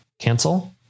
Cancel